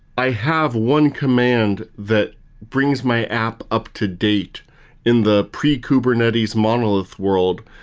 i have one command that brings my app up to date in the pre kubernetes monolith world.